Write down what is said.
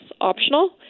optional